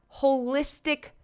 holistic